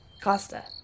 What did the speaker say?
Costa